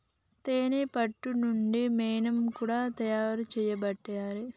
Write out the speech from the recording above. తేనే పట్టు నుండి మైనం కూడా తయారు చేయబట్టిరి